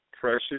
precious